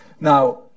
Now